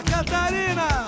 Catarina